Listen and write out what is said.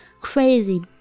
crazy